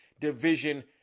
division